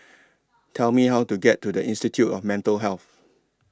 Tell Me How to get to The Institute of Mental Health